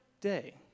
day